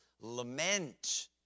lament